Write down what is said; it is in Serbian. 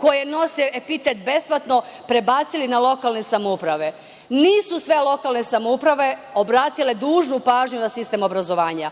koje nose epitet besplatno prebacili na lokalne samouprave. Nisu sve lokalne samouprave obratile dužnu pažnju na sistem obrazovanja.